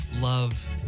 love